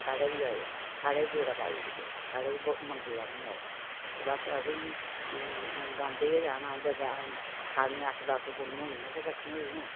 साढ़े बी आयो साढ़े बी फेरा पाई ओड़ेओ तुस साढ़े बी मंग्गेओ आनियै आओ ते बस असें बी गांदे गै जाना उं'दे सारियां अट्ठ दस्स कुड़ियां होनियां अस किट्ठियां होई दियां